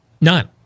None